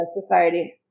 society